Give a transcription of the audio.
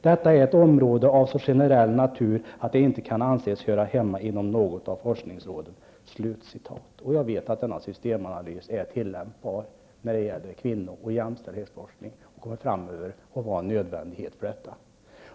Detta är ett område av så generell natur att det inte kan anses höra hemma inom något av forskningsråden.'' Jag vet att denna systemanalys är tillämpbar när det gäller kvinnor och jämställdhetsforskning. Den är en nödvändighet för detta.